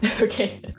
Okay